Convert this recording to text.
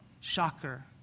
shocker